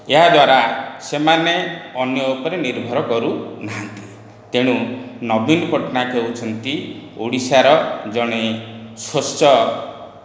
ଏହାଦ୍ୱାରା ସେମାନେ ଅନ୍ୟ ଉପରେ ନିର୍ଭର କରୁନାହାନ୍ତି ତେଣୁ ନବୀନ ପଟ୍ଟନାୟକ ହେଉଛନ୍ତି ଓଡ଼ିଶାର ଜଣେ ସ୍ୱଚ୍ଛ